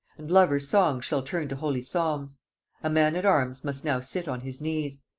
and lovers songs shall turn to holy psalms a man at arms must now sit on his knees,